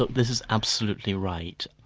but this is absolutely right.